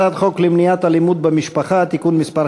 הצעת חוק למניעת אלימות במשפחה (תיקון מס'